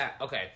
Okay